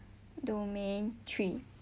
domain three